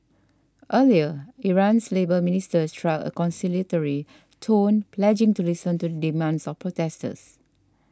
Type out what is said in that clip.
earlier Iran's labour minister struck a conciliatory tone pledging to listen to the demands of protesters